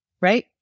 right